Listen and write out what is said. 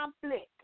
conflict